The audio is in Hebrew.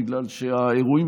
בגלל שהאירועים